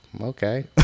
okay